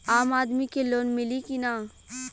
आम आदमी के लोन मिली कि ना?